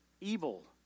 evil